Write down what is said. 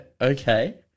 Okay